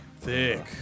Thick